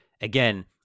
again